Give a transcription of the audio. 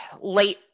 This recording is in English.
late